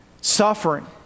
suffering